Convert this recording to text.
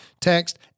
text